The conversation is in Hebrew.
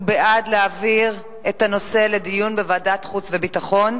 הוא בעד להעביר את הנושא לדיון בוועדת חוץ וביטחון.